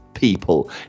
People